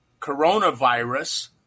coronavirus